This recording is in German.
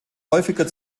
häufiger